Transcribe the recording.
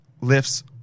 lifts